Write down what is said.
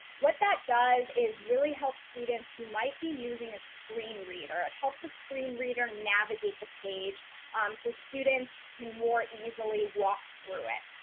what that does is really helps students who might be using a screen reader. it helps a screen reader navigate the page so students can more easily walk through it.